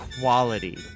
quality